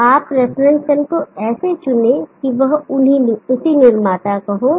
तो आप reference cell को ऐसे चुनें कि वह उसी निर्माता का हो